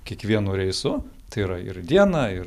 kiekvienu reisu tai yra ir dieną ir